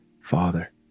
Father